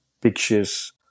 pictures